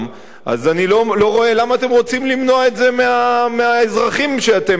אני לא רואה למה אתם רוצים למנוע את זה מהאזרחים שאתם מייצגים.